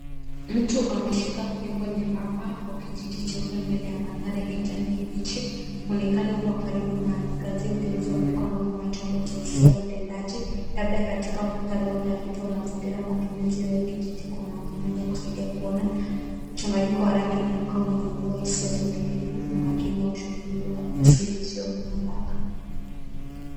Mtu ameshika fimbo nyembamba au kijiti cheupe mbele ya mandhari ya kijani kibichi. Muonekano wa karibu na kazi ya uteuzi wa mikono kama chombo cha hisia utendaji labda katika muktadha wa utafiti wa mazingira matumizio ya kijiti kwa madhumuni ya kusaidia kuona. Mchanganyiko wa rangi na mkao unaoibua hisia za utulivu umakini na shughuli wao asili isiyo na haraka.